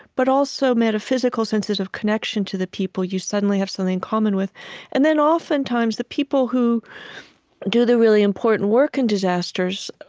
but also metaphysical senses of connection to the people you suddenly have something in common with and then oftentimes, the people who do the really important work in disasters,